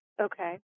Okay